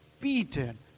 beaten